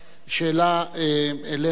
שאלה אליך.